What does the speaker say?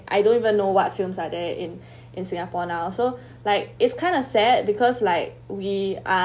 I don't even know what films are there in in singapore now so like it's kind of sad because like we are